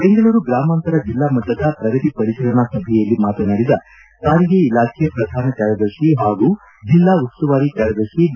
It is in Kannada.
ಬೆಂಗಳೂರು ಗ್ರಾಮಾಂತರ ಜಿಲ್ಲಾ ಮಟ್ಟದ ಪ್ರಗತಿ ಪರಿತೀಲನಾ ಸಭೆಯಲ್ಲಿ ಮಾತನಾಡಿದ ಸಾರಿಗೆ ಇಲಾಖೆ ಪ್ರಧಾನ ಕಾರ್ಯದರ್ಶಿ ಹಾಗೂ ಜಿಲ್ಲಾ ಉಸ್ತುವಾರಿ ಕಾರ್ಯದರ್ಶಿ ಬಿ